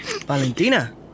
Valentina